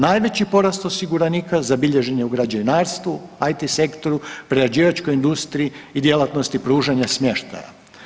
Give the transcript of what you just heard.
Najveći porast osiguranika zabilježen je u građevinarstvu, IT sektoru, prerađivačkoj industriji i djelatnosti pružanja smještaja.